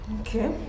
Okay